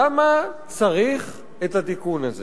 למה צריך את התיקון הזה?